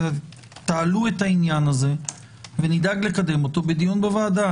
תעלו את העניין הזה ונדאג לקדם אותו בדיון בוועדה.